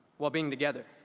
while being together.